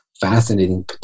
fascinating